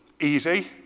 Easy